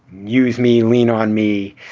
use me. lean on me.